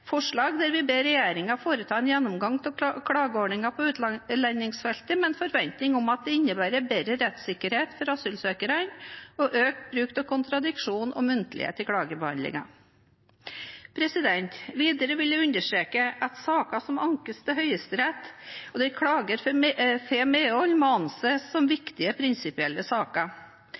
forslag der vi ber regjeringen «foreta en gjennomgang av klageordningen på utlendingsfeltet med en forventning om at dette innebærer bedre rettssikkerhet for asylsøkere, herunder økt bruk av kontradiksjon og muntlighet i klageordningen.» Videre vil jeg understreke at saker som ankes til Høyesterett, og der klager får medhold, må anses som viktige prinsipielle saker.